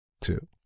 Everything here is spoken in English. Two